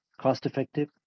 cost-effective